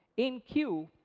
in q,